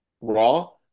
Raw